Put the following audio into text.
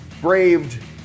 braved